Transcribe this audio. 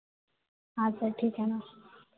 हाँ सर ठीक है ना